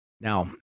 Now